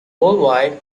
worldwide